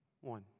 One